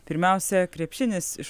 pirmiausia krepšinis iš